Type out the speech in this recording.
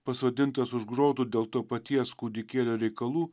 pasodintas už grotų dėl to paties kūdikėlio reikalų